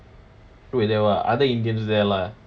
wait there were other indians there lah